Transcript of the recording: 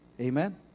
Amen